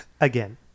Again